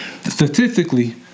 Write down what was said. statistically